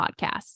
Podcast